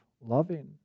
loving